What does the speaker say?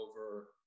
over